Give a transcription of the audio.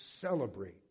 celebrate